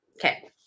Okay